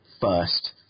first